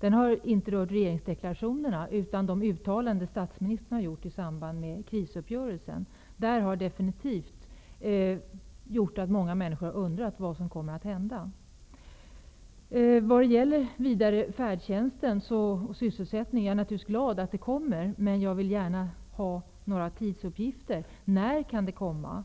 rör inte regeringsdeklarationen utan de uttalanden som statsministern gjort i samband med krisuppgörelsen. De har definitivt gjort att många människor har börjat undra vad som kommer att hända. När det gäller färdtjänsten och sysselsättningen är jag naturligtvis glad över att det skall genomföras en reform, men jag skulle gärna vilja ha några tidsuppgifter. När kommer reformen?